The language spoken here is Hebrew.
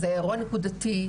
זה אירוע נקודתי,